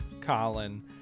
Colin